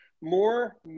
More